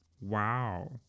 Wow